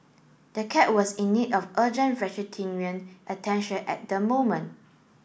the cat was in need of urgent attention at the moment